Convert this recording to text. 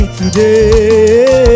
today